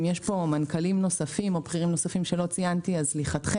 אם יש פה מנכ"לים או בכירים אחרים שלא ציינתי סליחה,